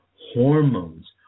Hormones